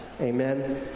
amen